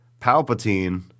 Palpatine